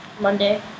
Monday